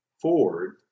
Ford